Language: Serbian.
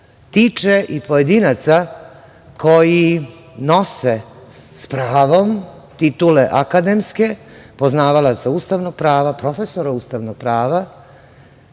tiče i pojedinaca koji nose, s pravom, titule akademske poznavalaca ustavnog prava, profesora ustavnog prava,